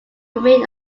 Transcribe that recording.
remain